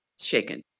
shaken